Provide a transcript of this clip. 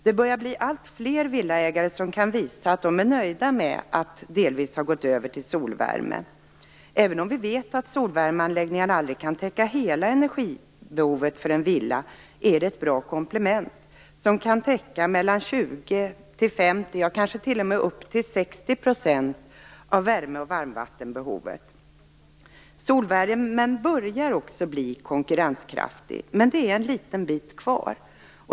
Det börjar bli alltfler villaägare som kan visa att de är nöjda med att delvis ha gått över till solvärme. Även om vi vet att solvärmeanläggningarna aldrig kan täcka hela energibehovet för en villa är de ett bra komplement, som kan täcka mellan 20 och 50 %, kanske upp till 60 %, av värmeoch varmvattenbehovet. Solvärmen börjar också bli konkurrenskraftig, men det är en liten bit kvar.